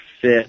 fit